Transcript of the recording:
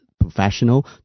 professional